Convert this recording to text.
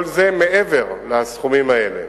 כל זה מעבר לסכומים האלה: